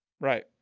Right